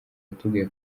yatubwiye